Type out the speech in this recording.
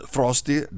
Frosty